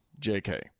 JK